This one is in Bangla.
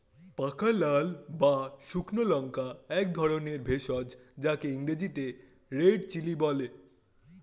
পাকা লাল বা শুকনো লঙ্কা একধরনের ভেষজ যাকে ইংরেজিতে রেড চিলি বলে